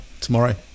tomorrow